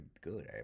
good